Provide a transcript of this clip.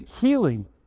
healing